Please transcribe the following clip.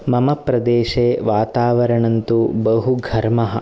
मम प्रदेशे वातावरणं तु बहुघर्मः